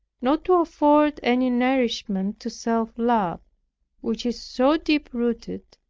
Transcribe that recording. not to afford any nourishment to self-love, which is so deep-rooted,